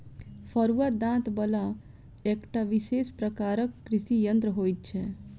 फरूआ दाँत बला एकटा विशेष प्रकारक कृषि यंत्र होइत छै